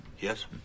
Yes